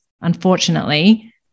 unfortunately